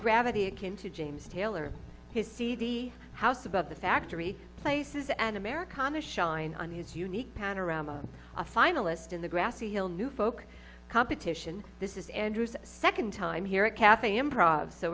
gravity akin to james taylor his cd house about the factory places an americana shine on his unique panorama a finalist in the grassy hill new folk competition this is andrew second time here at cafe improv so